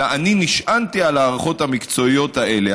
אלא אני נשענתי על הערכות המקצועיות האלה.